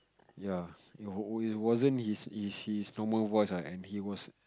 ya no it wasn't his his his normal voice ah and he was